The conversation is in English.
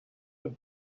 have